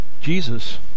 Jesus